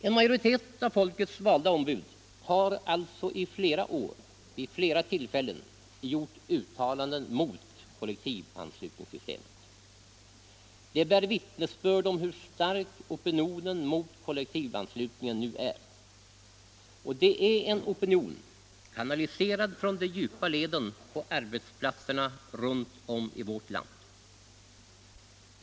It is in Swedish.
En majoritet av folkets valda ombud har alltså vid flera tillfällen i flera år gjort uttalanden mot kollektivanslutningssystemet. Det bär vittnesbörd om hur stark opinionen mot kollektivanslutningen nu är. Och det är en opinion kanaliserad från de djupa leden på arbetsplatserna runt om i vårt land.